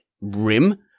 rim